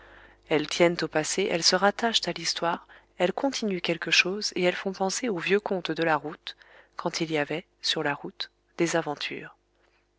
elles tiennent au passé elles se rattachent à l'histoire elles continuent quelque chose et elles font penser aux vieux contes de la route quand il y avait sur la route des aventures